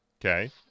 Okay